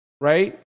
Right